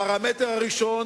הפרמטר הראשון,